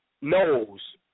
knows